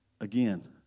Again